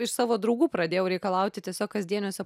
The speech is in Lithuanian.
iš savo draugų pradėjau reikalauti tiesiog kasdieniuose